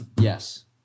yes